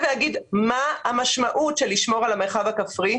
ויגיד מה המשמעות של לשמור על המרחב הכפרי,